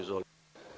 Izvolite.